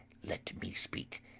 let me speak,